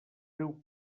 riu